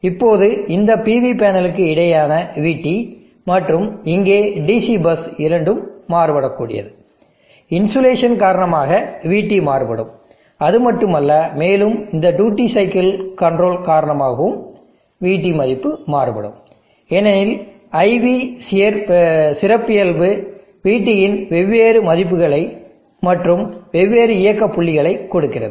இப்போது இந்த PV பேனலுக்கு இடையேயான vT மற்றும் இங்கே DC பஸ் இரண்டும் மாறுபடக்கூடியது இன்சுலேஷன் காரணமாக vT மாறுபடும் அது மட்டுமல்ல மேலும் இந்த டியூட்டி சைக்கிள் கண்ட்ரோல் காரணமாகவும் vT மதிப்பு மாறுபடும் ஏனெனில் IV சிறப்பியல்பு vT இன் வெவ்வேறு மதிப்புகளை மற்றும் வெவ்வேறு இயக்க புள்ளிகளை கொடுக்கிறது